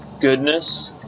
goodness